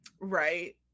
right